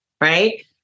Right